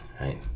Right